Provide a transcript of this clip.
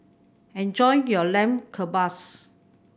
enjoy your Lamb Kebabs